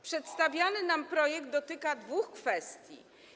Przedstawiany nam projekt dotyka dwóch kwestii.